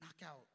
knockout